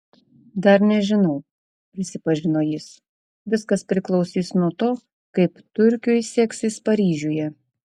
dar nežinau prisipažino jis viskas priklausys nuo to kaip turkiui seksis paryžiuje